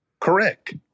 correct